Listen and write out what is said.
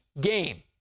game